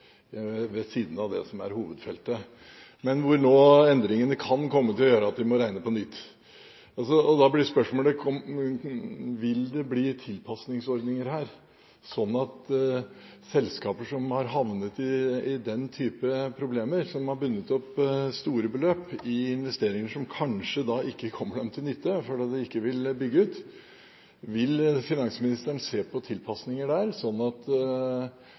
ved siden av det som er hovedfeltet, men hvor nå endringene kan komme til å gjøre at de må regne på nytt. Og da blir spørsmålet: Vil finansministeren se på tilpasningsordninger her, slik at man unngår de uheldige virkningene for selskaper som har havnet i den typen problemer, som har bundet opp store beløp i investeringer som kanskje ikke kommer dem til nytte fordi man ikke vil bygge ut?